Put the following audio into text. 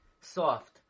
soft